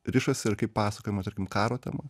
rišasi ir kaip pasakojama tarkim karo tema